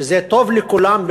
שזה טוב לכולם,